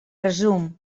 resum